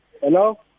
Hello